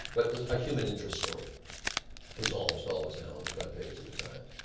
but a human interest story is almost always now on the front page of the times.